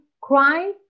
cry